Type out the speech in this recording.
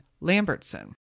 Lambertson